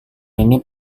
ini